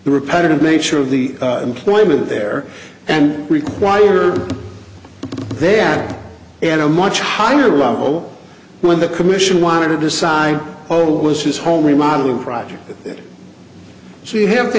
the repetitive nature of the employment there and require there and a much higher level when the commission wanted to decide oh it was his home remodeling project so you have to